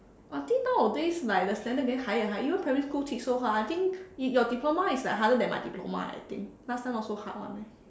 I think nowadays like the standard getting higher and higher even primary school teach so high I think your diploma is like harder than my diploma eh I think last time not so hard [one] eh